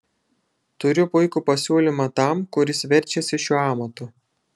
turiu puikų pasiūlymą tam kuris verčiasi šiuo amatu